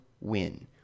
win